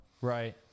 right